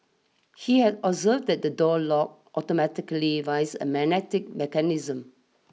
he had observed that the door locked automatically via a magnetic mechanism